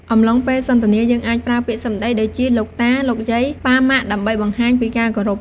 អំឡុងពេលសន្ទនាយើងអាចប្រើពាក្យសំដីដូចជា លោកតា លោកយាយ ប៉ា ម៉ាក់ ដើម្បីបង្ហាញពីការគោរព។